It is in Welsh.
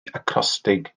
acrostig